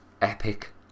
Epic